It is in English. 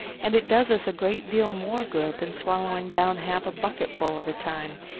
and it does us a great deal more good than swallowing down half a bucketful at a time,